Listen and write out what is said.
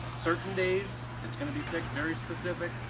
certain days it is going to be very specific.